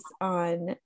on